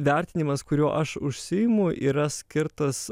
vertinimas kuriuo aš užsiimu yra skirtas